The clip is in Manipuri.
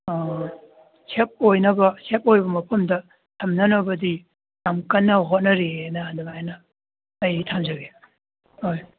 ꯁꯦꯐ ꯑꯣꯏꯅꯕ ꯁꯦꯐ ꯑꯣꯏꯕ ꯃꯐꯝꯗ ꯊꯝꯅꯅꯕꯗꯤ ꯌꯥꯝ ꯀꯟꯅ ꯍꯣꯠꯅꯔꯤ ꯍꯥꯏꯅ ꯑꯗꯨꯃꯥꯏꯅ ꯑꯩ ꯊꯝꯖꯒꯦ ꯍꯣꯏ